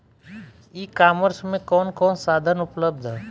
ई कॉमर्स में कवन कवन साधन उपलब्ध ह?